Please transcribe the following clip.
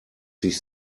sich